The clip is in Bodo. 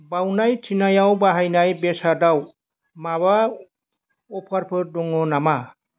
बावनाय थिनायाव बाहायनाव बेसादाव माबा अफारफोर दङ नामा